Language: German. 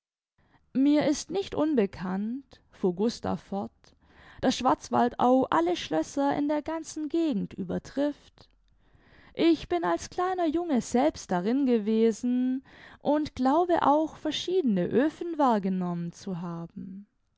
mir ist nicht unbekannt fuhr gustav fort daß schwarzwaldau alle schlösser in der ganzen gegend übertrifft ich bin als kleiner junge selbst darin gewesen und glaube auch verschiedene oefen wahrgenommen zu haben